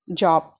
job